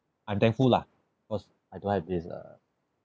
I'm thankful lah cause I don't have this uh